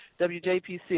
wjpc